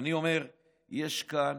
אני אומר: יש כאן